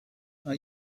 are